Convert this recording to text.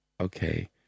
Okay